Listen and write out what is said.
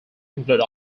include